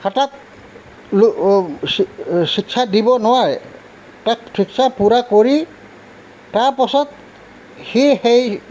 হঠাৎ চি শিক্ষা দিব নোৱাৰে তাক শিক্ষা পূৰা কৰি তাৰপাছত সি সেই